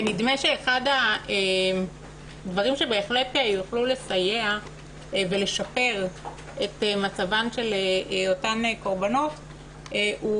נדמה שאחד הדברים שבהחלט יוכלו לסייע ולשפר את מצבן של אותן קורבנות הוא